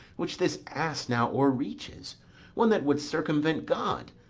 which this ass now o'erreaches one that would circumvent god,